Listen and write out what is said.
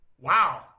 Wow